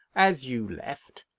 as you left,